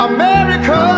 America